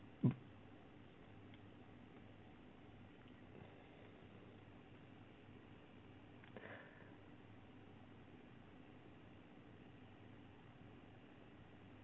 mm